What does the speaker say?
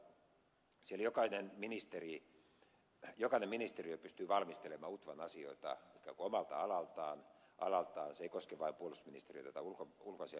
utvan rakenteiden osalta siellä jokainen ministeriö pystyy valmistelemaan utvan asioita ikään kuin omalta alaltaan se ei koske vain puolustusministeriötä tai ulkoasiainministeriötä